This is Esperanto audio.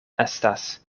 estas